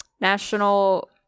National